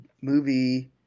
movie